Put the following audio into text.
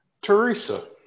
Teresa